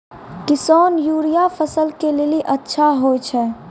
किसान यूरिया फसल के लेली अच्छा होय छै?